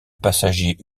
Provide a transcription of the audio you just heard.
passagers